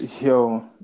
yo